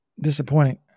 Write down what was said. disappointing